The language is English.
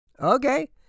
Okay